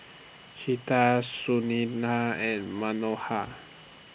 Chetan Sunita and Manohar